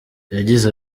yagize